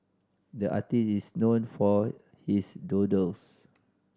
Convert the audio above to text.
the artist is known for his doodles